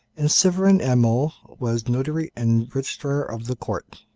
and severin ameau was notary and registrar of the court.